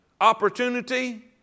opportunity